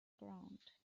ground